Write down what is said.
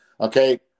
Okay